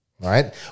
right